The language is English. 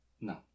no